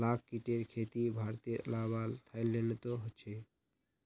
लाख कीटेर खेती भारतेर अलावा थाईलैंडतो ह छेक